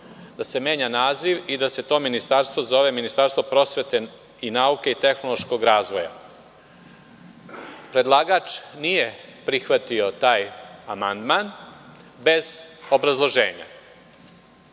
da se menja naziv i da se to ministarstvo zove – Ministarstvo prosvete, nauke i tehnološkog razvoja. Predlagač nije prihvatio taj amandman, bez obrazloženja.